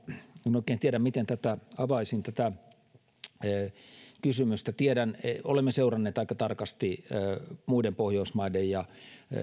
en oikein tiedä miten avaisin edustaja kauman kysymystä olemme seuranneet aika tarkasti muiden pohjoismaiden ja